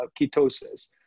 ketosis